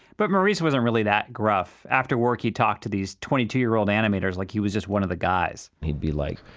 but maurice wasn't really that gruff. after work, he'd talk to these twenty two year old animators like he was just one of the guys he'd be like,